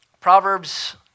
Proverbs